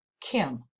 Kim